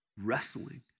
wrestling